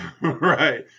Right